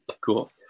cool